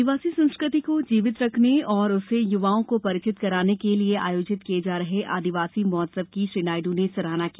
आदिवासी संस्कृति को जीवित रखने और उससे युवाओं को परिचित कराने के लिए आयोजित किए जा रहे आदिवासी महोत्सव की श्री नायडू ने सराहना की